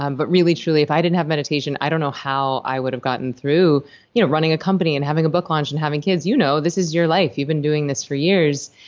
um but really, truly, if i didn't have meditation, i don't know how i would have gotten through you know running a company, and having a book launch, and having kids. you know. this is your life. you've been doing this for years.